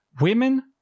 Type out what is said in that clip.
Women